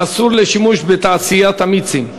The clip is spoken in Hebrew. האסור לשימוש בתעשיית המיצים,